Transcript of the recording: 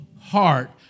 heart